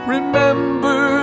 Remember